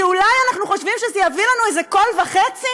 כי אולי אנחנו חושבים שזה יביא לנו איזה קול וחצי?